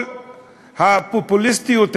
כל הפופוליסטיות הזאת,